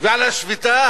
ועל השביתה,